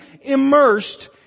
immersed